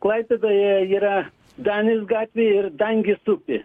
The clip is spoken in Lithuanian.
klaipėdoje yra danės gatvė ir dangės upė